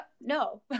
No